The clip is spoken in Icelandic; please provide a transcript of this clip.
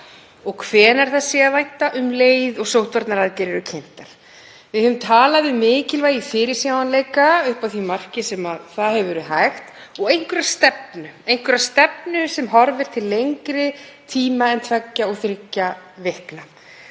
og hvenær þess sé að vænta, um leið og sóttvarnaaðgerðir eru kynntar. Við höfum talað um mikilvægi fyrirsjáanleika upp að því marki sem það hefur verið hægt og einhverja stefnu sem horfir til lengri tíma en tveggja og þriggja vikna.